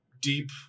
deep